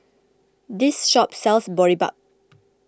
this shop sells Boribap